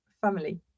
family